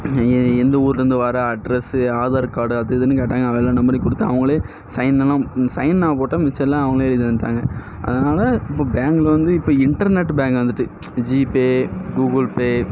நீ எந்த ஊர்லந்து வர அட்ரெஸ்ஸு ஆதார் கார்டு அது இதுனு கேட்டாங்கள் எல்லா நம்பரையும் கொடுத்தேன் அவங்களே சைன்லாம் சைன் நான் போட்டேன் மிச்செல்லாம் அவங்களே எழுதி தந்துடாங்க அதனால் இப்போ பேங்க்கில் வந்து இப்போ இன்டர்நெட் பேங்க் வந்துட்டு ஜிபே கூகுள் பே